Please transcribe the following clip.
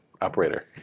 operator